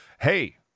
Hey